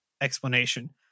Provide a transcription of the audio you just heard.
explanation